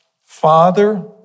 Father